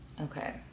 Okay